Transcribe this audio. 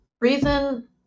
reason